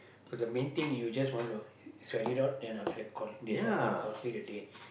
but the main thing you just want to sweat it out then after that call this uh what call it a day